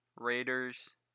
Raiders